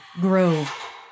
Grove